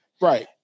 Right